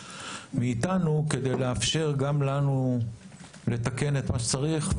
מאיתנו כדי לאפשר גם לנו לתקן את מה שצריך,